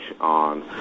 on